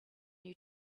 new